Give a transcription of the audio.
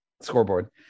scoreboard